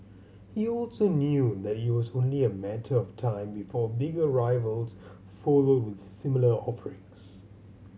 he also knew that it was only a matter of time before bigger rivals followed with similar offerings